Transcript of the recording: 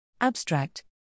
Abstract